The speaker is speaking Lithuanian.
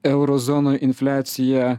euro zonoj infliacija